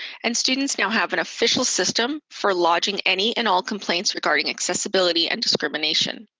and students now have an official system for lodging any and all complaints regarding accessibility and discrimination.